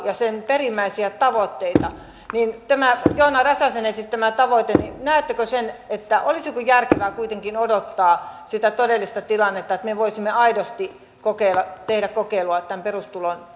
ja sen perimmäisiä tavoitteita niin mitä tulee tähän joona räsäsen esittämään tavoitteeseen niin näettekö sen että olisiko järkevää kuitenkin odottaa sitä todellista tilannetta että me voisimme aidosti tehdä kokeilua tämän perustulon